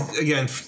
again